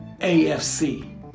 AFC